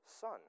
son